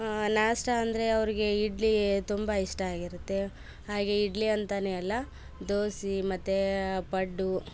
ನಾಷ್ಟ ಅಂದರೆ ಅವರಿಗೆ ಇಡ್ಲಿ ತುಂಬ ಇಷ್ಟ ಆಗಿರುತ್ತೆ ಹಾಗೆ ಇಡ್ಲಿ ಅಂತನೆ ಅಲ್ಲ ದೋಸಿ ಮತ್ತು ಪಡ್ಡು